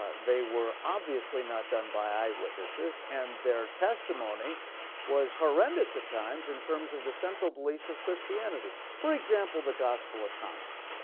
ah they were obviously not done by eyewitnesses and their testimony was horrendous at times. in terms of the central beliefs of christianity. for example the gospel of thomas,